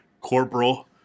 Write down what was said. Corporal